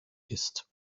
ist